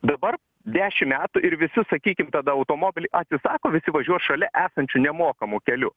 dabar dešimt metų ir visi sakykim tada automobiliai atsisako visi važiuos šalia esančiu nemokamu keliu